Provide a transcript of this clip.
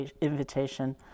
invitation